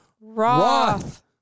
Roth